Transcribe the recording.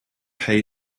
pay